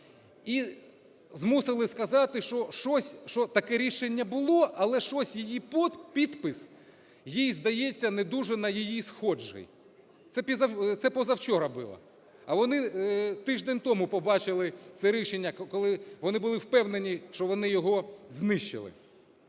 і змусили сказати, що таке рішення було, але щось, її підпис їй здається, не дуже на її схожий, це позавчора було. А вони тиждень тому побачили це рішення, коли вони були впевнені, що вони його знищили.